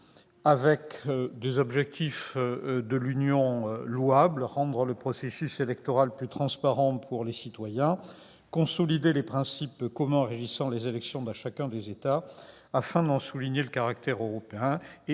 sont les objectifs louables de l'Union européenne : rendre le processus électoral plus transparent pour les citoyens, consolider les principes communs régissant les élections dans chacun des États afin d'en souligner le caractère européen